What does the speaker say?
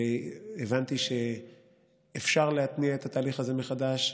הבנתי שאפשר להתניע את התהליך הזה מחדש.